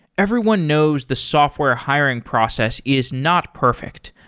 everyone knows the software hiring process is not perfect.